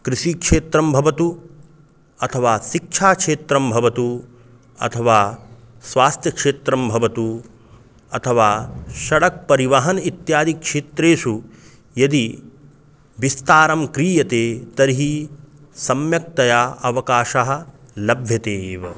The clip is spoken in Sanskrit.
कृषिक्षेत्रं भवतु अथवा शिक्षाक्षेत्रं भवतु अथवा स्वास्थ्यक्षेत्रं भवतु अथवा षडक् परिवहनम् इत्यादि क्षेत्रेषु यदि विस्तारं क्रियते तर्हि सम्यक्तया अवकाशाः लभन्ते एव